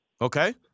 Okay